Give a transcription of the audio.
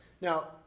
Now